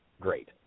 Great